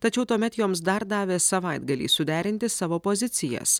tačiau tuomet joms dar davė savaitgalį suderinti savo pozicijas